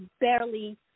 barely